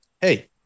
hey